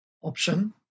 option